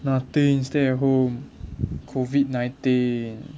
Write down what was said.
nothing stay at home COVID nineteen